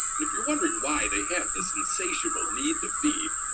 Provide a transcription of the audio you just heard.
and if you're wondering why they have this insatiable need to feed,